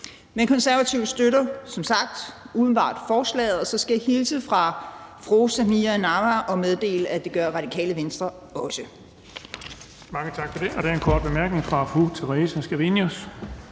Men Konservative støtter som sagt umiddelbart forslaget, og så skal jeg hilse fra fru Samira Nawa og meddele, at det gør Radikale Venstre også.